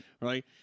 right